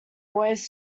boys